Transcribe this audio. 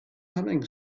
humming